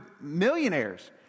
millionaires